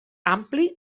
ampli